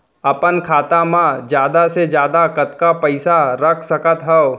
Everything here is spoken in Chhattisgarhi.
अपन खाता मा जादा से जादा कतका पइसा रख सकत हव?